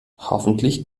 hoffentlich